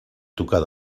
tocar